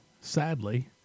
sadly